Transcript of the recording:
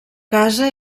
casa